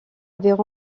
avaient